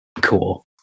cool